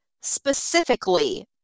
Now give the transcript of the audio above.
specifically